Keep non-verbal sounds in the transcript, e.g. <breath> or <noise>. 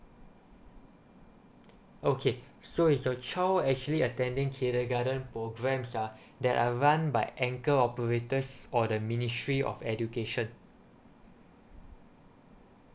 <breath> okay so is your child actually attending kindergarden programs ah that are run by anchor operators or the ministry of education